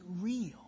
real